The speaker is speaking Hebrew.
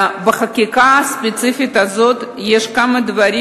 בחקיקה הספציפית הזאת יש כמה דברים